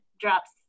drops